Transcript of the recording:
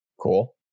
Cool